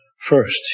First